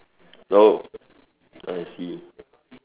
oh I see